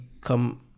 come